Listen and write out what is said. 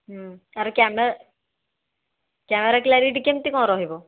ତା'ର camera camera clarity କେମିତି କ'ଣ ରହିବ